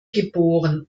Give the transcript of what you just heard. geboren